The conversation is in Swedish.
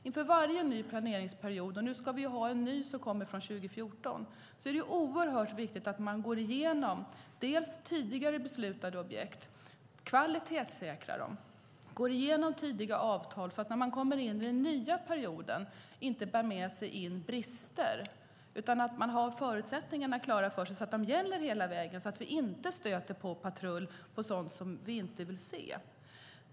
Inför varje ny planeringsperiod, och nu ska vi ha en ny från 2014, är det oerhört viktigt att man går igenom tidigare beslutade objekt och kvalitetssäkrar dem och att man går igenom tidiga avtal så att man inte bär med sig brister in i den nya perioden. Förutsättningarna ska vara klara så att de gäller hela vägen och inte stöter på patrull någonstans. Det vill vi inte se.